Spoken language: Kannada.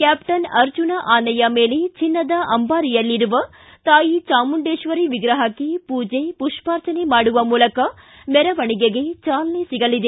ಕ್ಯಾಪ್ಟನ್ ಅರ್ಜುನ ಆನೆಯ ಮೇಲೆ ಚಿನ್ನದ ಅಂಬಾರಿಯಲ್ಲಿರುವ ತಾಯಿ ಚಾಮುಂಡೇಶ್ವರಿ ವಿಗ್ರಹಕ್ಕೆ ಪೂಜೆ ಪುಷ್ಪಾರ್ಚನೆ ಮಾಡುವ ಮೂಲಕ ಮೆರವಣೆಗೆಗೆ ಚಾಲನೆ ಸಿಗಲಿದೆ